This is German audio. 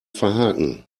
verhaken